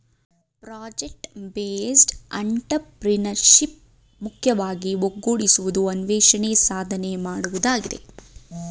project based entrepreneurship ಮುಖ್ಯವಾಗಿ ಒಗ್ಗೂಡಿಸುವುದು, ಅನ್ವೇಷಣೆ, ಸಾಧನೆ ಮಾಡುವುದಾಗಿದೆ